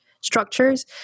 structures